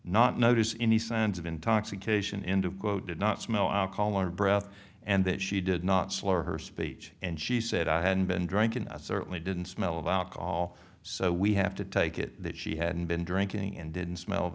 not notice any signs of intoxication end of quote did not smell alcohol or breath and that she did not slow her speech and she said i hadn't been drinking i certainly didn't smell about call so we have to take it that she hadn't been drinking and didn't smell of